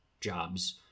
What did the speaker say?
jobs